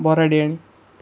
ବରାଡ଼ିଆଣୀ